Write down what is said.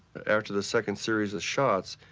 after the second series of shots,